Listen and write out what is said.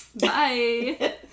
bye